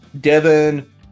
Devin